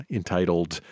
entitled